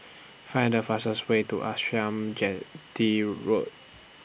Find The fastest Way to Arnasalam Chetty Road